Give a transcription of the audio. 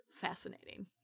fascinating